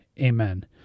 Amen